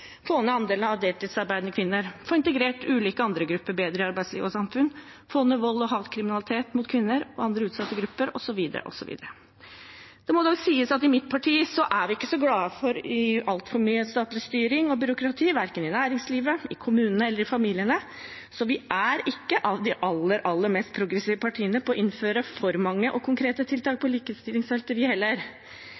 få ned andelen av deltidsarbeidende kvinner, få integrert ulike andre grupper bedre i arbeidsliv og samfunn, få ned vold og hatkriminalitet mot kvinner og andre utsatte grupper, osv. Det må dog sies at i mitt parti er vi ikke så glade for altfor mye statlig styring og byråkrati verken i næringslivet, i kommunene eller i familiene, så vi er ikke av de aller mest progressive partiene på å innføre for mange og konkrete tiltak